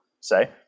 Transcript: say